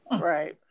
right